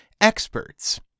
experts